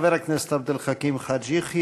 חבר הכנסת עבד אל חכים חאג' יחיא.